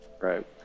right